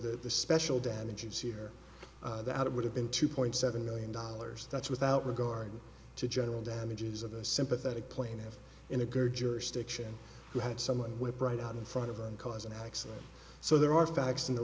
the special damages here that it would have been two point seven million dollars that's without regard to general damages of a sympathetic plaintiff in a car jurisdiction who had someone with right out in front of them cause an accident so there are facts in the